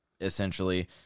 essentially